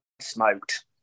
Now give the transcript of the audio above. smoked